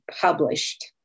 published